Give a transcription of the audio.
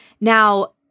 Now